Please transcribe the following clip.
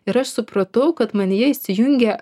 ir aš supratau kad manyje įsijungė